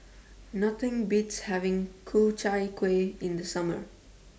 Nothing Beats having Ku Chai Kueh in The Summer